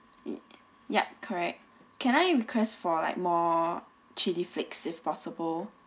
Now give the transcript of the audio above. yup correct can I request for like more chilli flakes if possible